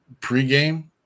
pregame